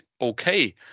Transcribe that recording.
okay